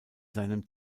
seinem